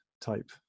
type